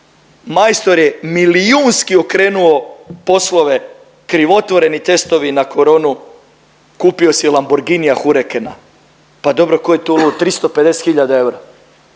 majstor je milijunski okrenuo poslove krivotvoreni testovi na koronu, kupio si je Lamborghinia Huracana. Pa dobro tko je tu lud? 350